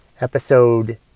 episode